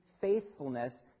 faithfulness